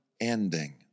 ending